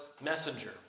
messenger